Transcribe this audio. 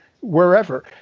wherever